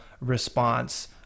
response